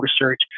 research